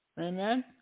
Amen